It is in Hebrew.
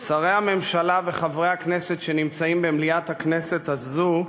שרי הממשלה וחברי הכנסת שנמצאים במליאת הכנסת הזאת,